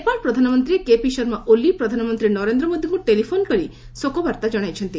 ନେପାଳ ପ୍ରଧାନମନ୍ତ୍ରୀ କେପି ଶର୍ମା ଓଲି ପ୍ରଧାନମନ୍ତ୍ରୀ ନରେନ୍ଦ୍ର ମୋଦିଙ୍କୁ ଟେଲିଫୋନ୍ କରି ଶୋକବାର୍ତ୍ତା ଜଣାଇଛନ୍ତି